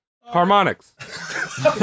Harmonics